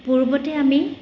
পূৰ্বতে আমি